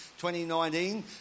2019